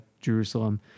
Jerusalem